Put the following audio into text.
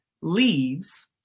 leaves